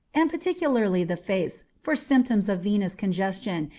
and particularly the face, for symptoms of venous congestion,